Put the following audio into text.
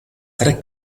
tre